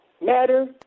matter